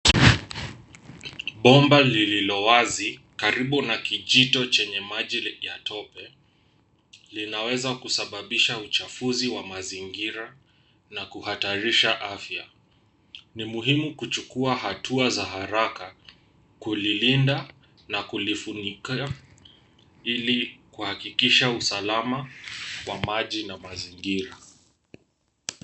Bomba lililo wazi karibu na kijito chenye maji ya tope. Linaweza kusababisha uchafuzi wa mazingira na kuhatarisha afya. Ni muhimu kuchukua hatua za haraka kulilinda na kulifunika ili kuhakikisha usalama wa maji na mazingira.